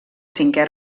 cinquè